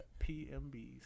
PMBs